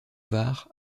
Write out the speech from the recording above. var